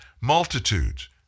multitudes